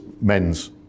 men's